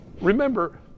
Remember